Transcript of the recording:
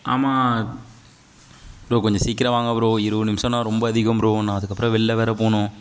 ஆமாம் ப்ரோ கொஞ்சம் சீக்கிரம் வாங்க ப்ரோ இருப து நிமிஷனா ரொம்ப அதிகம் ப்ரோ நான் அதுக்கப்புறம் வெளில வேறே போகணும்